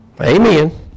Amen